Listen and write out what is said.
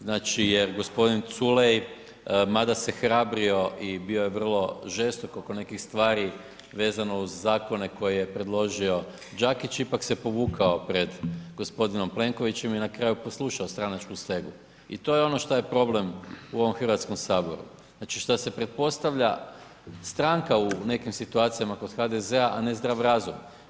Znači jer g. Culej mada se hrabrio i bio je vrlo žestok oko nekih stvari vezano uz zakone koje je predložio Đakić, ipak se povukao pred g. Plenkovićem i na kraju poslušao stranačku stegu i to je ono šta je problem u ovom Hrvatskom saboru, znači šta se pretpostavlja, stranka u nekim situacijama kod HDZ-a a ne zdrav razum.